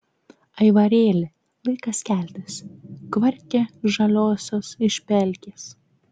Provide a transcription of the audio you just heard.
aivarėli laikas keltis kvarkia žaliosios iš pelkės